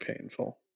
painful